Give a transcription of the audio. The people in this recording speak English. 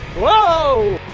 whoa,